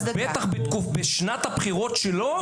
בטח בשנת הבחירות שלו,